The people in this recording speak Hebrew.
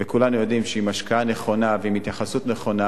וכולנו יודעים שעם השקעה נכונה ועם התייחסות נכונה,